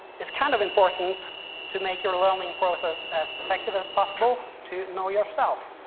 it's kind of important to make your learning process as effective as possible, to know yourself.